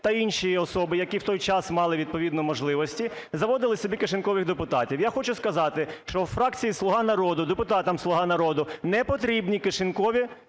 та інші особи, які в той час мали відповідно можливості, заводили собі "кишенькових" депутатів. Я хочу сказати, що у фракції "Слуга народу", депутатам "Слуга народу" не потрібні "кишенькові" реєстратори.